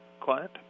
quiet